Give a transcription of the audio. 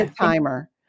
Timer